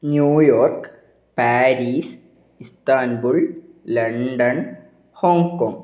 New York Paris Istanbul London Hong Kong